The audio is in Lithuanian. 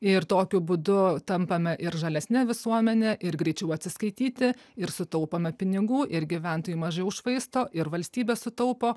ir tokiu būdu tampame ir žalesne visuomene ir greičiau atsiskaityti ir sutaupome pinigų ir gyventojai mažiau švaisto ir valstybė sutaupo